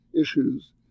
issues